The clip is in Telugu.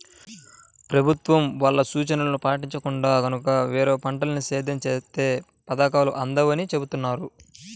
ప్రభుత్వం వాళ్ళ సూచనలను పాటించకుండా గనక వేరే పంటల్ని సేద్యం చేత్తే పథకాలు అందవని చెబుతున్నారు